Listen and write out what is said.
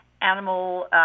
animal